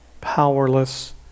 powerless